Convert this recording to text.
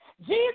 Jesus